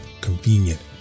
convenient